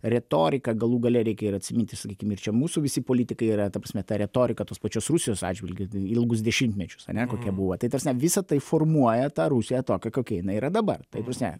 retoriką galų gale reikia ir atsimint ir sakykim ir čia mūsų visi politikai yra ta prasme ta retorika tos pačios rusijos atžvilgiu ilgus dešimtmečius ane kokia buvo tai ta prasme visa tai formuoja tą rusiją tokią kokia jinai yra dabar tai ta prasme